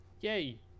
Yay